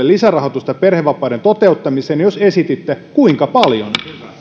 lisärahoitusta perhevapaiden toteuttamiseen ja jos esititte kuinka paljon